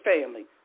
family